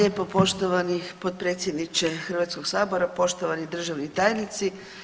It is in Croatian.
Hvala lijepo poštovani potpredsjedniče Hrvatskog sabora, poštovani državni tajnici.